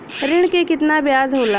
ऋण के कितना ब्याज होला?